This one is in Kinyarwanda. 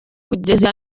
kugeza